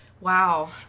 wow